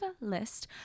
list